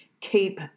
keep